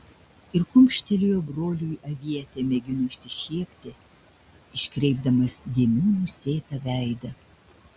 ir kumštelėjo broliui avietė mėgino išsišiepti iškreipdamas dėmių nusėtą veidą